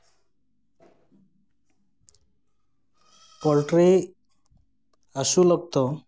poultry ᱟᱹᱥᱩᱞ ᱚᱠᱛᱚ